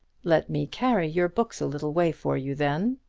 let me carry your books a little way for you, then,